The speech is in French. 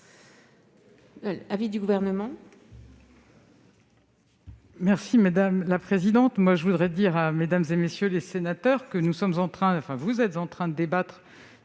l'avis du Gouvernement ?